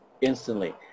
instantly